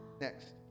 Next